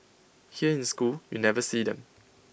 here in school you never see them